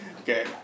Okay